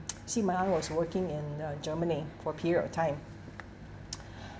see my aunt was working in uh germany for a period of time